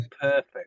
perfect